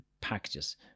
packages